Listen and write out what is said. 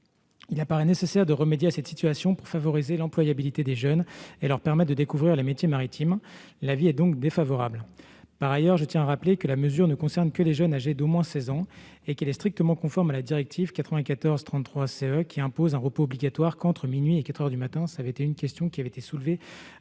Il apparaît nécessaire de remédier à cette situation pour favoriser l'employabilité des jeunes et leur permettre de découvrir les métiers maritimes. La commission a donc émis un avis défavorable. Par ailleurs, je tiens à rappeler que la mesure ne concerne que les jeunes âgés d'au moins 16 ans et qu'elle est strictement conforme à la directive 94/33/CE, laquelle n'impose un repos obligatoire qu'entre minuit et quatre heures du matin. Au cours des auditions en